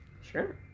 Sure